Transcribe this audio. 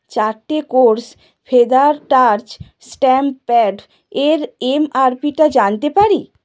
চারটে course feather touch stamp pad এর এমআরপিটা জানতে পারি